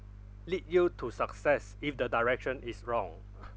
lead you to success if the direction is wrong